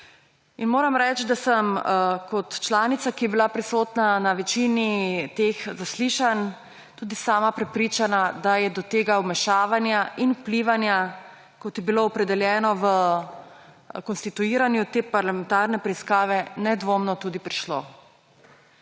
In moram reči, da sem kot članica, ki je bila prisotna na večini teh zaslišanj, tudi sama prepričana, da je do tega vmešavanja in vplivanja, kot je bilo opredeljeno v konstituiranju te parlamentarne preiskave, nedvomno tudi prišlo.